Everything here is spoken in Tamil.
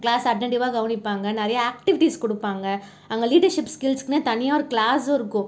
கிளாஸை அன்டன்டிவ்வா கவனிப்பாங்க நிறைய ஆக்ட்டிவிடீஸ் கொடுப்பாங்க அங்கே லீடர்ஷிப் ஸ்கில்ஸ்கூனு தனியாக ஒரு கிளாஸும் இருக்கும்